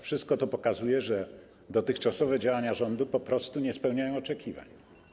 Wszystko to pokazuje, że dotychczasowe działania rządu po prostu nie spełniają oczekiwań.